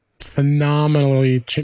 phenomenally